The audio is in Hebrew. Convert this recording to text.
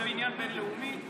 זה עניין בין-לאומי,